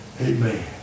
Amen